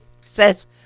says